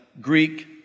Greek